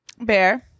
bear